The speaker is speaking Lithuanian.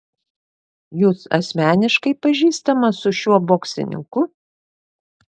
jūs asmeniškai pažįstamas su šiuo boksininku